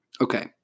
Okay